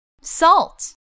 Salt